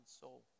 soul